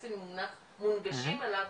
סקסיים במובן מונגשים אליו,